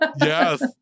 Yes